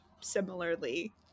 similarly